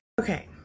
Okay